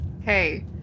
Hey